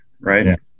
right